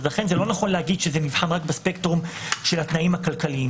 אז לכן זה לא נכון להגיד שזה נבחן רק בספקטרום של התנאים הכלכליים.